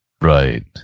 Right